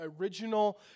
original